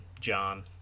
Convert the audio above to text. John